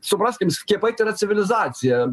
supraskim skiepai tai yra civilizacija